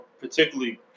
particularly